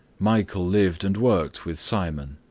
michael lived and worked with simon.